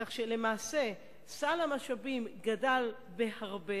כך שלמעשה סל המשאבים גדל בהרבה.